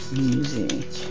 music